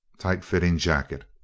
tight-fitting jacket.